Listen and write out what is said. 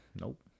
Nope